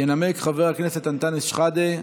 ינמק חבר הכנסת אנטאנס שחאדה.